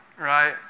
right